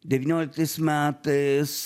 devynioliktais metais